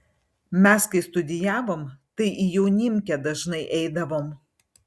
mes kai studijavom tai į jaunimkę dažnai eidavom